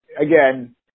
again